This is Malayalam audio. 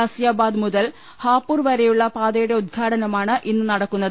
ഗാസിയാബാദ് മുതൽ ഹാപുർ വരെയുള്ള പാതയുടെ ഉദ്ഘാടനമാണ് ഇന്ന് നടക്കുന്നത്